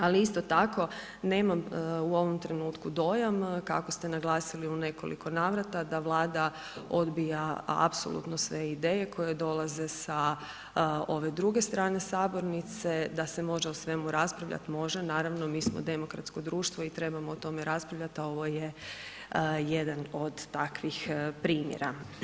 Ali isto tako, nemam u ovom trenutku dojam kako ste naglasili u nekoliko navrata, da Vlada odbija apsolutno sve ideje koje dolaze sa ove druge strane sabornice, da se može o svemu raspravljat, može, naravno, mi smo demokratsko društvo i trebamo o tome raspravljat a ovo je jedan od takvih primjera.